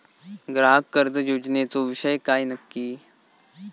ग्राहक कर्ज योजनेचो विषय काय नक्की?